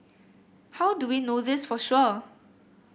how do we know this for sure